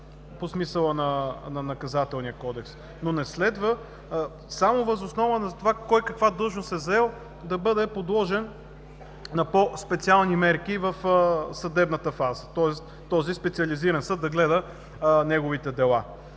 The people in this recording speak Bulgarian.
по смисъла на Наказателния кодекс, но не следва само въз основа на това кой каква длъжност е заел, да бъде подложен на по-специални мерки в съдебната фаза, тоест този Специализиран съд да гледа неговите дела.